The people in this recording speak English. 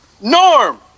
Norm